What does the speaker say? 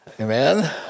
Amen